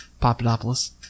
Papadopoulos